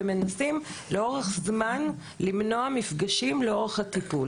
ומנסים לאורך זמן למנוע מפגשים לאורך הטיפול.